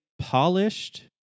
polished